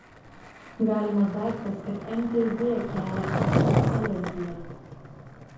galimas daiktas kad mtz kelia estams alergiją